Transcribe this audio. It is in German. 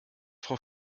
frau